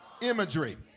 imagery